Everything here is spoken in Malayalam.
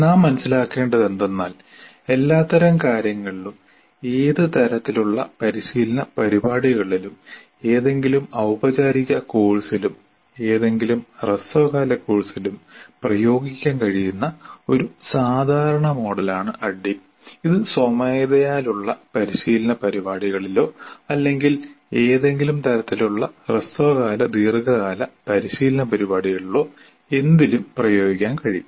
നാം മനസ്സിലാക്കേണ്ടത് എന്തെന്നാൽ എല്ലാത്തരം കാര്യങ്ങളിലും ഏത് തരത്തിലുള്ള പരിശീലന പരിപാടികളിലും ഏതെങ്കിലും ഔപചാരിക കോഴ്സിലും ഏതെങ്കിലും ഹ്രസ്വകാല കോഴ്സിലും പ്രയോഗിക്കാൻ കഴിയുന്ന ഒരു സാധാരണ മോഡലാണ് ADDIE ഇത് സ്വമേധയാലുള്ള പരിശീലന പരിപാടികളിലോ അല്ലെങ്കിൽ ഏതെങ്കിലും തരത്തിലുള്ള ഹ്രസ്വകാല ദീർഘകാല പരിശീലന പരുപാടികളിലോ എന്തിലും പ്രയോഗിക്കാൻ കഴിയും